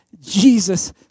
Jesus